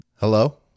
Hello